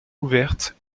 ouvertes